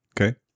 okay